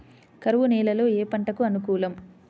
కరువు నేలలో ఏ పంటకు అనుకూలం?